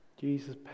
Jesus